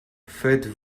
faites